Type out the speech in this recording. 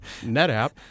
NetApp